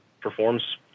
performs